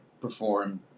perform